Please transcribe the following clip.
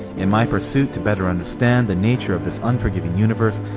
in my pursuit to better understand the nature of this unforgiving universe,